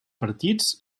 partits